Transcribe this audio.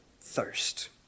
thirst